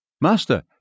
Master